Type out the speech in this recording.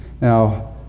Now